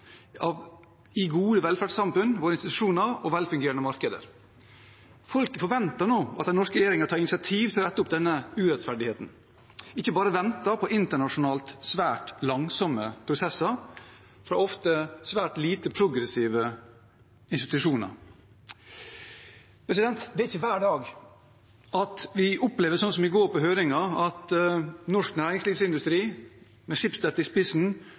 gode velferdssamfunn, våre institusjoner og velfungerende markeder. Folk forventer nå at regjeringen tar initiativ til å rette opp denne urettferdigheten og ikke bare venter på internasjonale, svært langsomme prosesser fra ofte svært lite progressive institusjoner. Det er ikke hver dag vi opplever det vi opplevde på høringen i går, at norsk næringslivsindustri, med Schibsted i spissen,